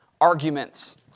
arguments